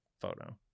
photo